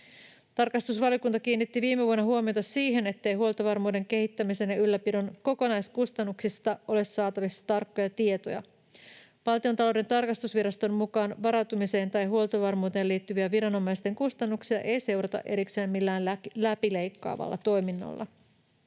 Tarkastusvaliokunta kiinnitti viime vuonna huomiota siihen, ettei huoltovarmuuden kehittämisen ja ylläpidon kokonaiskustannuksista ole saatavissa tarkkoja tietoja. Valtionta-louden tarkastusviraston mukaan varautumiseen tai huoltovarmuuteen liittyviä viranomaisten kustannuksia ei seurata erikseen millään läpileikkaavalla toiminnalla.